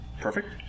perfect